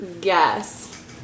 guess